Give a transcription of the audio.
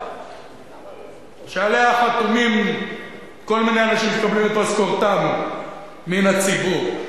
שעליה חתומים כל מיני אנשים שמקבלים את משכורתם מהציבור.